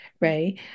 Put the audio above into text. right